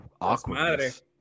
awkwardness